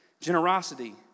generosity